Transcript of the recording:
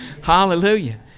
Hallelujah